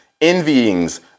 envyings